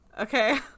okay